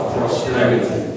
prosperity